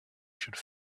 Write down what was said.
should